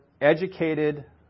educated